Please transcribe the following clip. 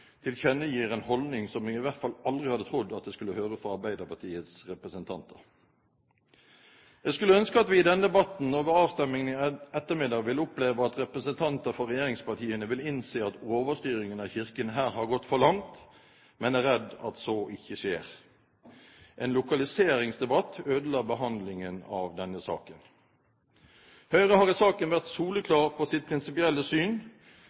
tilkjennegir en holdning som jeg i hvert fall aldri hadde trodd at jeg skulle høre fra Arbeiderpartiets representanter. Jeg skulle ønske at vi i denne debatten og ved avstemningen i ettermiddag vil oppleve at representanter for regjeringspartiene vil innse at overstyringen av Kirken her har gått for langt, men er redd så ikke skjer. En lokaliseringsdebatt ødela behandlingen av denne saken. Høyre har i saken vært soleklar på sitt prinsipielle syn.